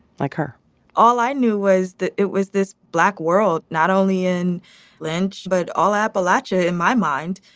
like her all i knew was that it was this black world, not only in lynch. but all appalachia, in my mind,